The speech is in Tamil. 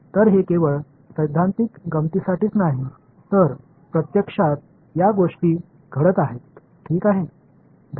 எனவே இது தத்துவார்த்த வேடிக்கைக்காக மட்டுமல்ல இயற்கையில் இந்த விஷயங்கள் நடக்கின்றன